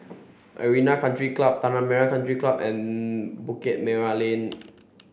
Arena Country Club Tanah Merah Country Club and Bukit Merah Lane